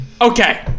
Okay